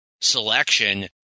selection